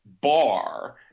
bar